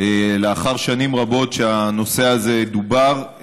לאחר שנים רבות שהנושא הזה דובר,